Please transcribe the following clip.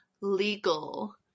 legal